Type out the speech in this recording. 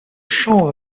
chant